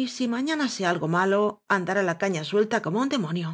y si mañana sé algo malo andará la caña suelta como un demonio